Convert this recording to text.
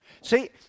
See